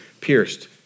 pierced